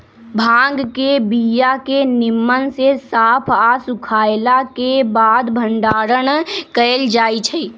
भांग के बीया के निम्मन से साफ आऽ सुखएला के बाद भंडारण कएल जाइ छइ